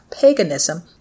paganism